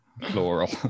Plural